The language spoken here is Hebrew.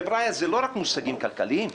חבריה, זה לא רק מושגים כלכליים.